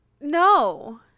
No